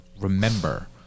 remember